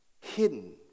hidden